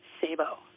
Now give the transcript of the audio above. Sabo